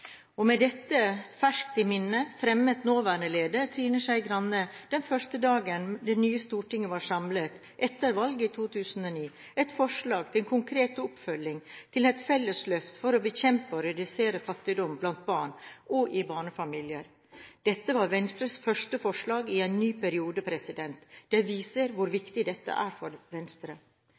Med dette ferskt i minnet fremmet nåværende leder, Trine Skei Grande, den første dagen det nye Stortinget var samlet etter valget i 2009, et forslag til konkret oppfølging av et fellesløft for å bekjempe og redusere fattigdom blant barn og i barnefamilier. Dette var Venstres første forslag i en ny periode. Det viser hvor viktig dette er for Venstre.